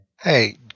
Hey